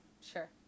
sure